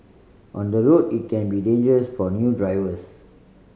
on the road it can be dangerous for new drivers